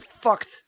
fucked